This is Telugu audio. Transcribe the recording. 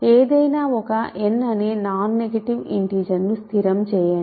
ఏదైనా ఒక n అనే నాన్ నెగటివ్ ఇంటిజర్ ను స్థిరం చేయండి